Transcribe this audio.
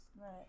Right